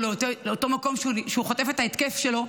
או לאותו מקום שהוא חוטף את ההתקף שלו.